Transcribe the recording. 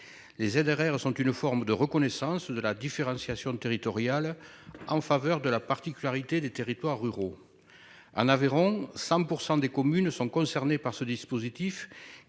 Les ZRR sont une forme de reconnaissance de la différenciation territoriale, en faveur de la particularité des territoires ruraux. En Aveyron, 100 % des communes sont concernées par ce dispositif,